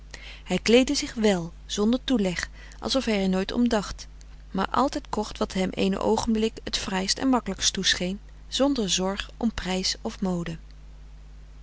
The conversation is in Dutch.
hij kleedde zich wèl zonder toeleg alsof hij er nooit om dacht maar altijd kocht wat hem eenen oogenblik t fraaist en makkelijkst toescheen zonder zorg om prijs of mode